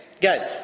guys